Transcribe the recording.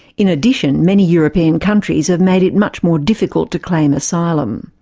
in addition, many european countries have made it much more difficult to claim asylum.